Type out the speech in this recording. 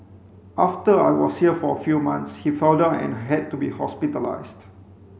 after I was here for a few months he fell down and had to be hospitalised